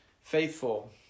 faithful